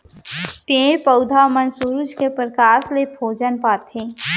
पेड़ पउधा मन सुरूज के परकास ले भोजन पाथें